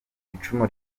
icumu